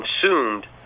consumed